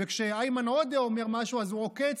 וכשאיימן עודה אומר משהו אז הוא "עוקץ",